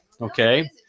Okay